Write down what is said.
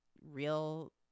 real